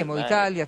כמו איטליה,